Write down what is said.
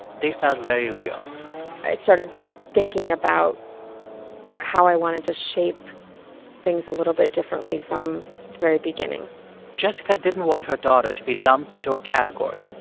they felt very real i started thinking about how i wanted to shape things a little bit differently from the very beginning jessica didn't want her daughter to be lumped into a category.